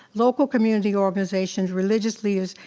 local community organizations, religious leaders,